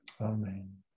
Amen